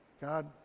God